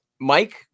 Mike